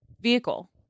vehicle